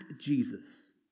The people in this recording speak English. Jesus